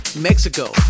Mexico